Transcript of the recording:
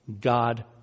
God